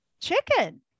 chicken